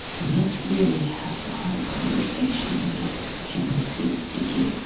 and let's really have the hard conversations as this thing proceeds. thank you.